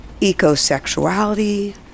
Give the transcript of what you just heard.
ecosexuality